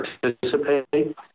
participate